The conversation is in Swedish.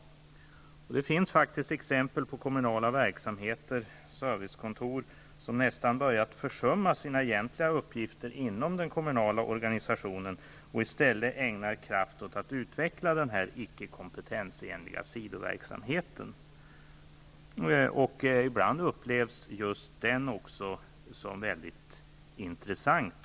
Det finns faktiskt exempel på kommunala verksamheter, servicekontor, som nästan börjat försumma sina egentliga uppgifter inom den kommunala organisationen och i stället ägnar kraft åt att utveckla denna icke kompetensenliga sidoverksamhet. Ibland upplevs också just denna del av verksamheten av personalen som mycket intressant.